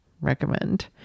recommend